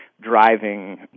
driving